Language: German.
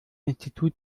institut